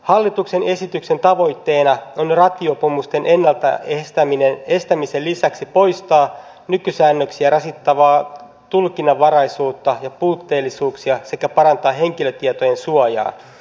hallituksen esityksen tavoitteena on rattijuopumusten ennaltaestämisen lisäksi poistaa nykysäännöksiä rasittavaa tulkinnanvaraisuutta ja puutteellisuuksia sekä parantaa henkilötietojen suojaa